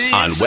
on